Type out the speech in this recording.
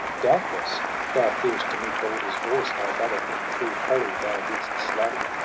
doubtless thou fearest to meet balder's voice, thy brother, whom through folly thou didst slay